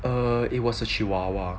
or it was a chihuahua